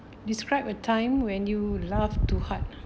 describe a time when you laugh too hard